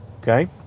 Okay